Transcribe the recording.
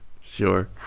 Sure